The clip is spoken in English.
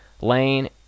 Lane